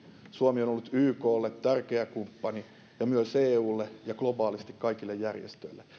suomi on ollut yklle tärkeä kumppani ja myös eulle ja globaalisti kaikille järjestöille